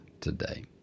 today